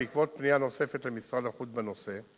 בעקבות פנייה נוספת למשרד החוץ בנושא,